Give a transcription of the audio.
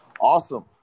Awesome